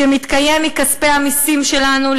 שמתקיים מכספי המסים שלנו,